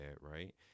right